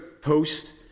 post